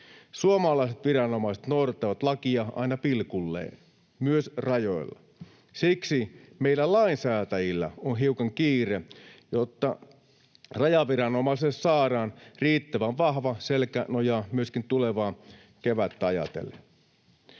Suomalaiset viranomaiset noudattavat lakia aina pilkulleen, myös rajoilla. Siksi meillä lainsäätäjillä on hiukan kiire, jotta rajaviranomaisille saadaan riittävän vahva selkänoja myöskin tulevaa kevättä ajatellen.